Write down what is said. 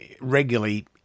regularly